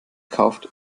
kauft